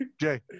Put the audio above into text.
Jay